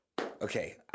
Okay